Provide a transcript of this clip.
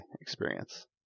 experience